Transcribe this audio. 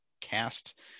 cast